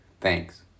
Thanks